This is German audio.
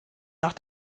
nach